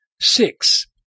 Six